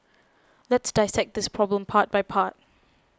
let's dissect this problem part by part